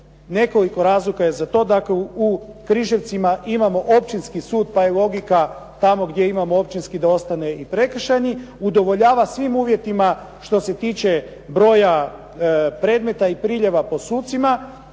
nekoliko razloga je za to. Dakle, u Križevcima imamo općinski sud, pa je odluka tamo gdje imamo općinski da ostane i prekršajni, udovoljava svim uvjetima što se tiče broja predmeta i priljeva po sucima,